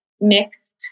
mixed